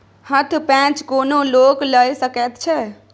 हथ पैंच कोनो लोक लए सकैत छै